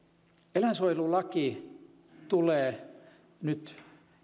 eläinsuojelulaki tulee nyt